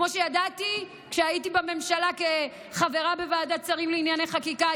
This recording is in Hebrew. כמו שידעתי כשהייתי בממשלה חברה בוועדת שרים לענייני חקיקה,